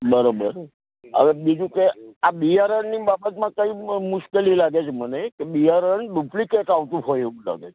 બરાબર હવે બીજું કે આ બિયારણની બાબતમાં કઈ મ મુશ્કેલી લાગે છે મને કે બિયારણ ડુપ્લિકેટ આવતું હોય એવું લાગે છે